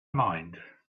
mind